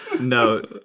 No